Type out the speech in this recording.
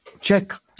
check